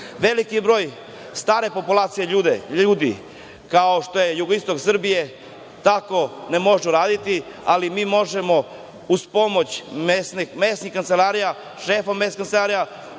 karta. Veliki je broj stare populacije ljudi, kao što je jugoistok Srbije, tako ne može uraditi, ali mi možemo uz pomoć mesnih kancelarija, šefa mesnih kancelarija,